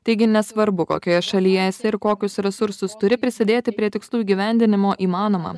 taigi nesvarbu kokioje šalyje esi ir kokius resursus turi prisidėti prie tikslų įgyvendinimo įmanoma